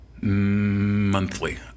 Monthly